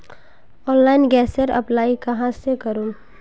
Online गैसेर apply कहाँ से करूम?